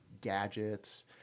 gadgets